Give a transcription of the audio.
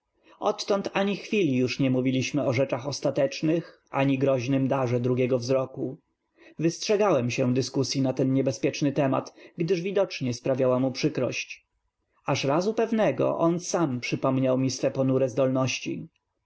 d ani razu już nie mówiliśmy o rzeczach ostatecznych ani groźnym darze drugiego w zroku w ystrzegałem się dyskusyi na ten niebezpieczny tem at gdyż widocznie spraw iała mu przykrość aż razu pew nego on sam przypom niał mi swe p onure zdolności